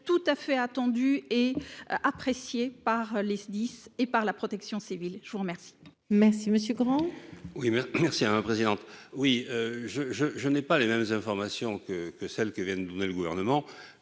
tout à fait attendu et apprécié par les SDIS et par la protection civile. La parole